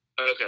Okay